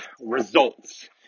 results